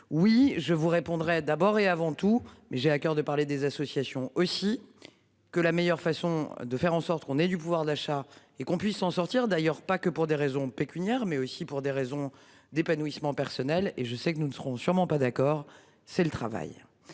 Oui, je vous répondrais d'abord et avant tout mais j'ai à coeur de parler des associations aussi que la meilleure façon de faire en sorte qu'on ait du pouvoir d'achat et qu'on puisse en sortir d'ailleurs pas que pour des raisons pécuniaires mais aussi pour des raisons d'épanouissement personnel et je sais que nous ne serons sûrement pas d'accord. C'est le travail.